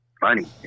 funny